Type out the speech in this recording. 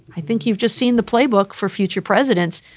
i think you've just seen the playbook for future presidents.